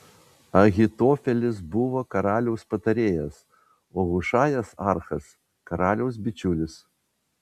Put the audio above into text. ahitofelis buvo karaliaus patarėjas o hušajas archas karaliaus bičiulis